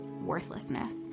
worthlessness